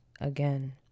again